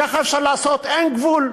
כך אפשר לעשות, אין גבול.